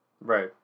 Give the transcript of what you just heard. Right